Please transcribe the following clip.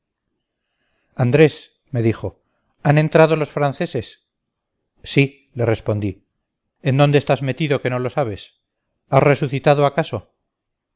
andrés me dijo han entrado los franceses sí le respondí en dónde estás metido que no lo sabes has resucitado acaso